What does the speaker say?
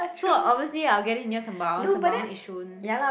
so obviously I will get it near Sembawang Sembawang Yishun